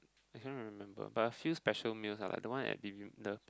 I can't remember but I feel special meals lah like the one I give you the